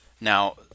Now